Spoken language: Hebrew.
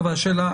אבל השאלה,